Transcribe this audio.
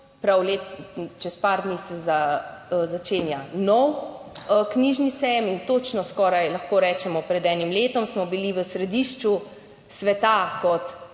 Frankfurtu, čez par dni se začenja nov knjižni sejem in točno, skoraj lahko rečemo pred enim letom smo bili v središču sveta kot